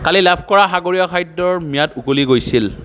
কালি লাভ কৰা সাগৰীয় খাদ্যৰ ম্যাদ উকলি গৈছিল